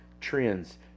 trends